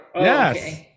Yes